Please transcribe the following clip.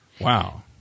Wow